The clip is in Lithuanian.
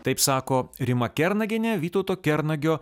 taip sako rima kernagienė vytauto kernagio